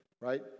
right